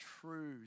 true